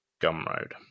gumroad